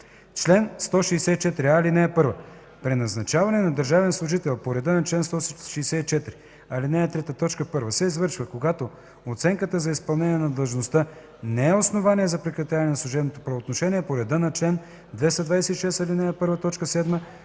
„Чл. 164а. (1) Преназначаване на държавен служител по реда на чл. 164, ал. 3, т. 1 се извършва, когато оценката за изпълнение на длъжността не е основание за прекратяване на служебното правоотношение по реда на чл. 226, ал. 1,